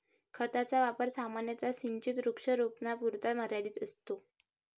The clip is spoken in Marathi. खताचा वापर सामान्यतः सिंचित वृक्षारोपणापुरता मर्यादित असतो